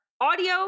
audio